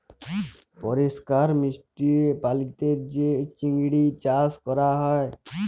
পরিষ্কার মিষ্টি পালিতে যে চিংড়ি চাস ক্যরা হ্যয়